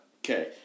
Okay